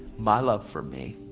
my love for me.